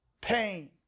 pain